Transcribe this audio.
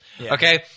Okay